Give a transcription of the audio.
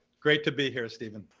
great to be here, stephen.